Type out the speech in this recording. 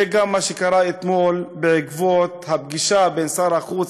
זה גם מה שקרה אתמול בעקבות הפגישה בין שר החוץ